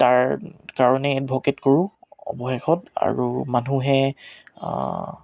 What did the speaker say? তাৰ কাৰণে এডভ'কেট কৰোঁ অৱশেষত আৰু মানুহে